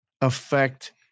affect